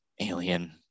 Alien